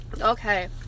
Okay